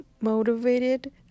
motivated